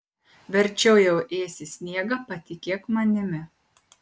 verčiau jau ėsi sniegą patikėk manimi